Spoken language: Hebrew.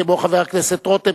כמו חבר הכנסת רותם,